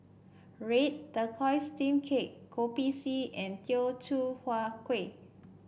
red tortoise steam cake Kopi C and Teochew Huat Kueh